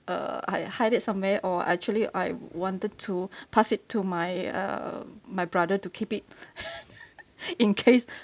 err I hide it somewhere or actually I wanted to pass it to my uh my brother to keep it in case